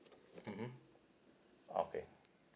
mmhmm okay